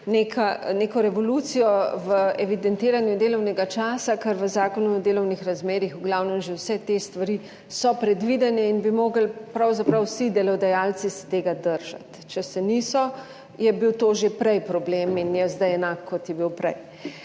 neko revolucijo v evidentiranju delovnega časa, ker v Zakonu o delovnih razmerjih v glavnem že vse te stvari so predvidene in bi morali pravzaprav vsi delodajalci se tega držati, če se niso, je bil to že prej problem in je zdaj enak, kot je bil prej.